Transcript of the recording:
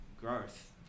growth